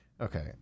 Okay